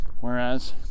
Whereas